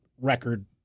record